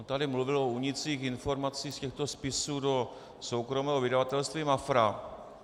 On tady mluvil o únicích informací z těchto spisů do soukromého vydavatelství Mafra.